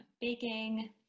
baking